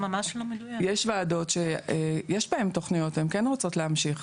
יש ועדות שיש בהן תכניות והן כן רוצות להמשיך.